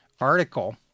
article